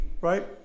right